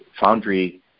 foundry